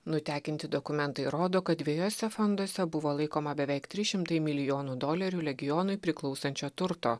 nutekinti dokumentai rodo kad dviejose fonduose buvo laikoma beveik trys šimtai milijonų dolerių legionui priklausančio turto